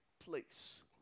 Place